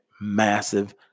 massive